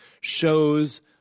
shows